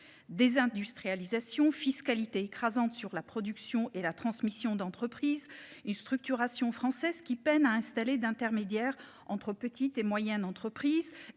Désindustrialisation, fiscalité écrasante sur la production et la transmission d'entreprise une structuration français qui peinent à installer d'intermédiaire entre petites et moyennes entreprises